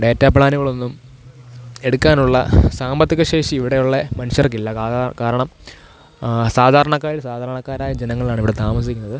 data പ്ലാനുകളൊന്നും എടുക്കാനുള്ള സാമ്പത്തിക ശേഷി ഇവിടെയുള്ള മനുഷ്യർക്കില്ല അതു കാരണം ആ സാധാരണക്കാരിൽ സാധാരണക്കാരായ ജനങ്ങളാണിവിടെ താമസിക്കുന്നത്